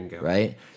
right